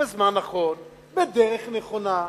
בזמן נכון, בדרך נכונה,